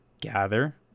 gather